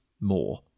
more